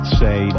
say